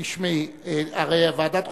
והוא הזדמן.